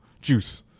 juice